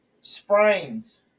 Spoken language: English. sprains